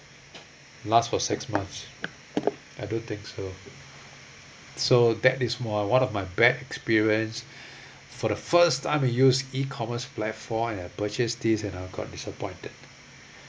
last for six months I don't think so so that is uh one of my bad experience for the first time I use e-commerce platform and I purchase this and I got disappointed